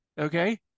okay